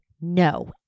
no